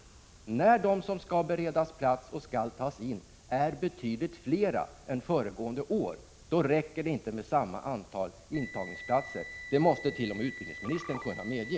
När de som skall beredas plats och tas in är betydligt fler än föregående år, räcker det inte med samma antal intagningsplatser. Det måste t.o.m. utbildningsministern kunna medge.